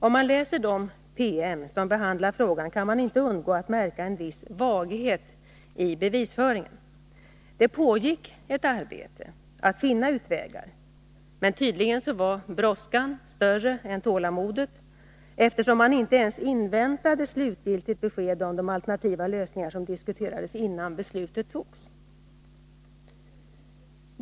Om vi läser de promemorior som behandlar frågan kan vi inte undgå att märka en viss vaghet i bevisföringen. Det pågick ett arbete att finna utvägar, men tydligen var brådskan större än tålamodet, eftersom man inte ens inväntade slutgiltigt besked om de alternativa lösningar som diskuterades, innan beslutet togs.